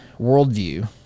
worldview